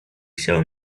chciało